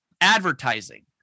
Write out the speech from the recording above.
advertising